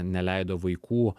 neleido vaikų